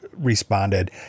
responded